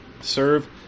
Serve